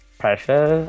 pressure